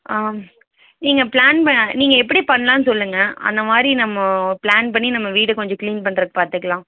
ஆ நீங்கள் ப்ளான் பண் நீங்கள் எப்படி பண்ணலாம்னு சொல்லுங்கள் அந்த மாதிரி நம்ம ப்ளான் பண்ணி நம்ம வீடு கொஞ்சம் க்ளீன் பண்ணுறது பார்த்துக்கலாம்